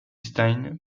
stein